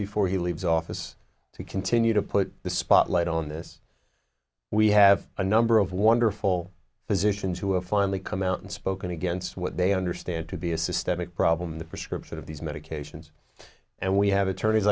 before he leaves office to continue to put the spotlight on this we have a number of wonderful physicians who have finally come out and spoken against what they understand to be a systemic problem the prescription of these medications and we have attorneys